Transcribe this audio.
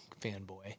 fanboy